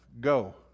go